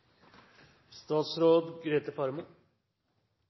statsråd Faremo